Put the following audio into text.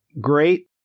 great